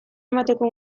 emateko